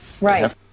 Right